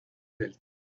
del